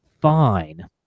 fine